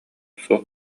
суох